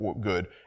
good